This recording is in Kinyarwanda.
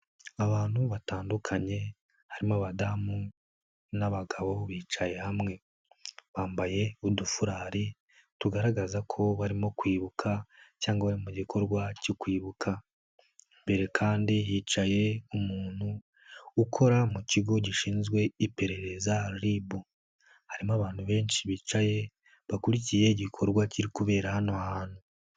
Abantu batandukanye harimo abadamu n'abagabo bicaye hamwe, bambaye udufurari tugaragaza ko barimo kwibuka cyangwa mu gikorwa cyo kwibuka. Imbere kandi hicaye umuntu ukora mu kigo gishinzwe iperereza RIB. Harimo abantu benshi bicaye bakurikiye igikorwa kiri kubera hano hantu.